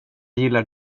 gillar